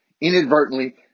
inadvertently